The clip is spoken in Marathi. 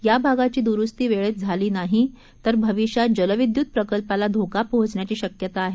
याभागाचीदुरुस्तीवेळेतझालीनाहीतरभविष्यातजलविद्युतप्रकल्पालाधोकापोहोचण्याचीशक्यताआहे